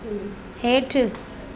हेठि